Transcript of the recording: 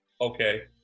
Okay